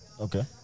Okay